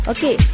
Okay